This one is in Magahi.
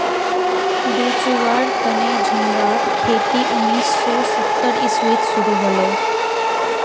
बेचुवार तने झिंगार खेती उन्नीस सौ सत्तर इसवीत शुरू हले